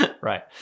Right